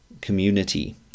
community